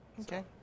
Okay